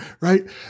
right